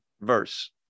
verse